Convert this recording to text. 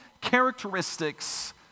characteristics